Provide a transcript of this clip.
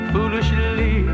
Foolishly